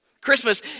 Christmas